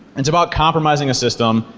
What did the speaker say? it's about compromising a system.